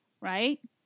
right